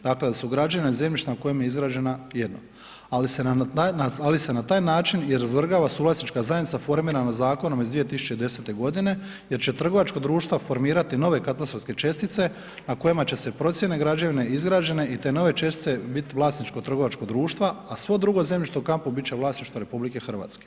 Dakle, da su građevna zemljišta na kojem je izgrađena jednom, ali se na taj način i razvrgava suvlasnička zajednica formirana zakonom iz 2010. godine jer će trgovačko društvo formirati nove katastarske čestice, a kojima će se procjene građevine izgrađene i te nove čestice bit vlasničko trgovačkog društva, a svo drugo zemljište u kampu bit će vlasništvo RH.